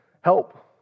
help